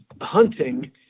hunting